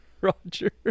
Roger